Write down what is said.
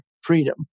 freedom